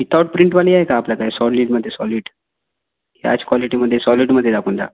without प्रिंटवाली आहे का आपल्याकडे सॉलिडमधे सॉलिड ह्याच क्वालिटीमधे सॉलिडमधे दाखवून द्या